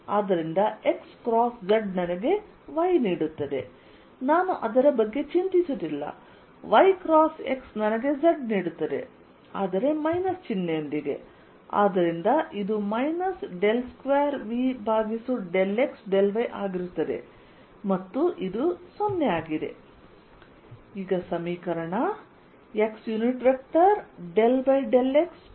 ಆದ್ದರಿಂದ x cross z ನನಗೆ 'y' ನೀಡುತ್ತದೆ ನಾನು ಅದರ ಬಗ್ಗೆ ಚಿಂತಿಸುತ್ತಿಲ್ಲ y ಕ್ರಾಸ್ x ನನಗೆ z ನೀಡುತ್ತದೆ ಆದರೆ ಮೈನಸ್ ಚಿಹ್ನೆಯೊಂದಿಗೆ